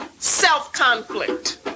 self-conflict